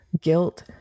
guilt